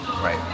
right